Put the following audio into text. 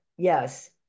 yes